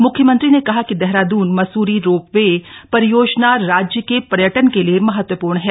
मुख्यमंत्री ने कहा कि देहरादून मसूरी रोप वे परियोजना राज्य के पर्यटन के लिए महत्वपूर्ण है